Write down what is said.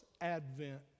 advent